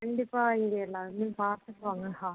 கண்டிப்பாக இங்கே எல்லாருமே பார்த்துப்பாங்க ஹா